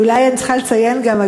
אולי אני צריכה לציין גם,